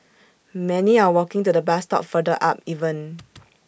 many are walking to the bus stop further up even